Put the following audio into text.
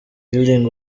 healing